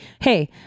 hey